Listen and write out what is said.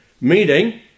Meeting